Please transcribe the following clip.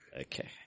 Okay